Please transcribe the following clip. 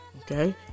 Okay